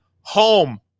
home